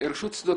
רשות שדות